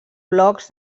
blocs